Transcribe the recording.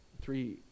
three